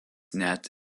net